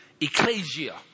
Ecclesia